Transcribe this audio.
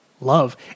love